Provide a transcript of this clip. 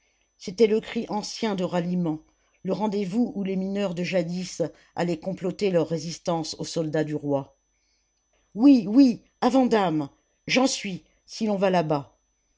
c'était le cri ancien de ralliement le rendez-vous où les mineurs de jadis allaient comploter leur résistance aux soldats du roi oui oui à vandame j'en suis si l'on va là-bas